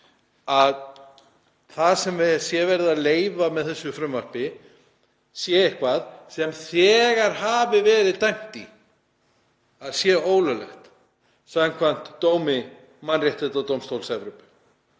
að það sem sé verið að leyfa með þessu frumvarpi sé eitthvað sem þegar hafi verið dæmt að sé ólöglegt samkvæmt dómi Mannréttindadómstóls Evrópu.